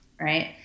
Right